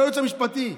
בייעוץ המשפטי.